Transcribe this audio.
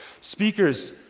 Speakers